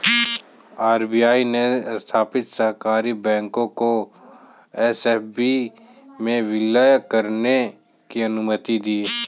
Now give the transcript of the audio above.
RBI ने स्थापित सहकारी बैंक को एस.एफ.बी में विलय करने की अनुमति दी